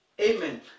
amen